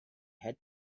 had